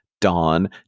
Dawn